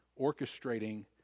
orchestrating